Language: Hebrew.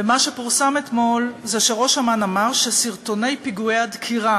ומה שפורסם אתמול זה שראש אמ"ן אמר שסרטוני פיגועי הדקירה